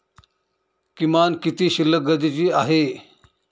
किमान किती शिल्लक गरजेची आहे?